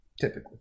Typically